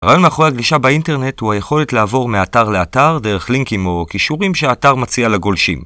הרעיון מאחורי הגלישה באינטרנט הוא היכולת לעבור מאתר לאתר דרך לינקים או קישורים שהאתר מציע לגולשים.